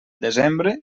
desembre